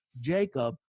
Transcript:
Jacob